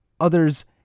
Others